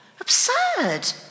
Absurd